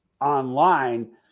online